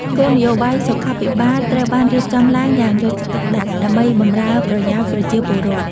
គោលនយោបាយសុខាភិបាលត្រូវបានរៀបចំឡើងយ៉ាងយកចិត្តទុកដាក់ដើម្បីបម្រើប្រយោជន៍ប្រជាពលរដ្ឋ។